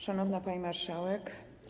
Szanowna Pani Marszałek!